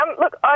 Look